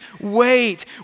wait